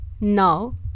Now